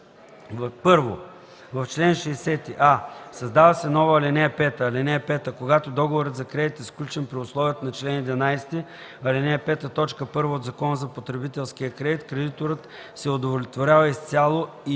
1. В чл. 60: а) създава се нова ал. 5: „(5) Когато договорът за кредит е сключен при условията на чл. 11, ал. 5, т. 1 от Закона за потребителския кредит, кредиторът се удовлетворява изцяло и